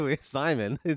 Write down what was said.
Simon